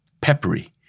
peppery